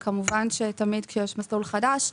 כמובן תמיד כשיש מסלול חדש,